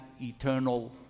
eternal